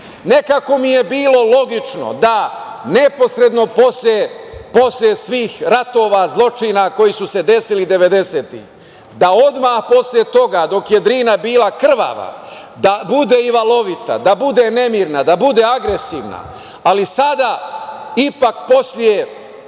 Drine. Nekako mi je bilo logično da neposredno posle svih ratova, zločina koji su se desili devedesetih godina, da odmah posle toga, dok je Drina bila krvava, da bude i valovita, da bude nemirna, da bude agresivna, ali sada, ipak posle